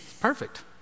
Perfect